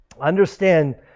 Understand